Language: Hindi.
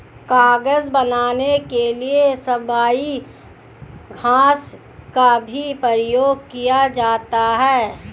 कागज बनाने के लिए सबई घास का भी प्रयोग किया जाता है